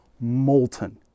molten